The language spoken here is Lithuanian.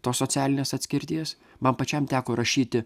tos socialinės atskirties man pačiam teko rašyti